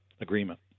agreement